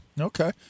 Okay